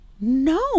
No